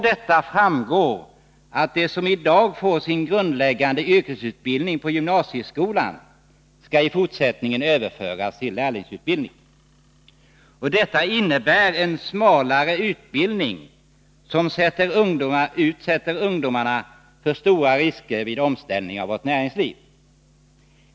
Det innebär att de som i dag får sin grundläggande yrkesutbildning på gymnasieskolan i fortsättningen skall överföras till lärlingsutbildning, vilket medför att de får en smalare utbildning, något som utsätter ungdomarna för stora risker vid omställningar av vårt näringsliv.